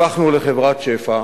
הפכנו לחברת שפע,